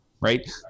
right